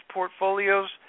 portfolios